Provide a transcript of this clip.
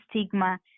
stigma